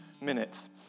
minutes